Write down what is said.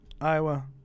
Iowa